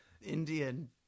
indian